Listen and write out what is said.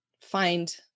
find